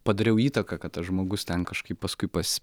padariau įtaką kad tas žmogus ten kažkaip paskui pas